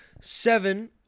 Seven